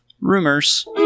Rumors